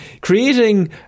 creating